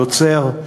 יוצר,